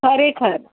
ખરેખર